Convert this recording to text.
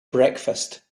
breakfast